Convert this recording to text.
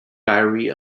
diary